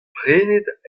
prenet